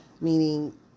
meaning